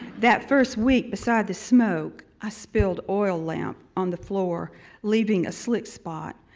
that first week, beside the smoke, i spilled oil lamp on the floor leaving a slick spot,